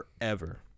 forever